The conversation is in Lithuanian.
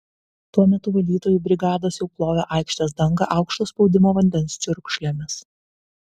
tuo metu valytojų brigados jau plovė aikštės dangą aukšto spaudimo vandens čiurkšlėmis